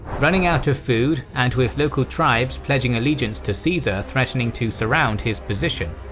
running out of food and with local tribes pledging allegiance to caesar threatening to surround his position,